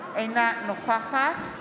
אינה נוכחת